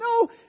No